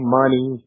money